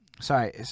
Sorry